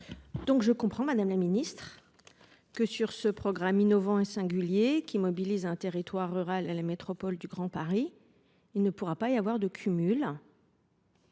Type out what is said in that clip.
Si je comprends bien, sur ce programme innovant et singulier, qui mobilise un territoire rural et la métropole du Grand Paris, il ne pourra pas y avoir de cumul